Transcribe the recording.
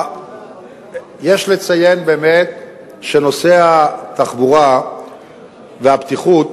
יש לציין באמת שמצב התחבורה והבטיחות